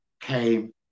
came